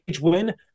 win